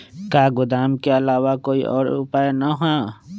का गोदाम के आलावा कोई और उपाय न ह?